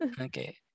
Okay